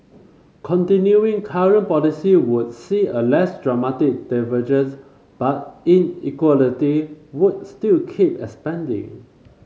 continuing current policy would see a less dramatic divergence but inequality would still keep expanding